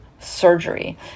Surgery